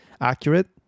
accurate